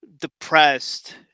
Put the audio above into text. depressed